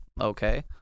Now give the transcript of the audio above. okay